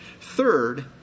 Third